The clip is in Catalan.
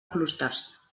clústers